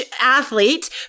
athlete